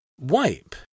Wipe